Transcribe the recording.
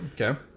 Okay